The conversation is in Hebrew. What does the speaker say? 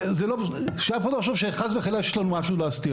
לא נחשוב שחס וחלילה יש לנו משהו להסתיר.